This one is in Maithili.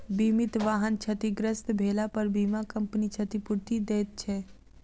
बीमित वाहन क्षतिग्रस्त भेलापर बीमा कम्पनी क्षतिपूर्ति दैत छै